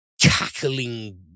cackling